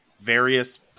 various